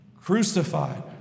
crucified